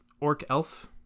orc-elf